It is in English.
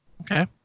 Okay